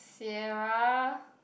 Sierra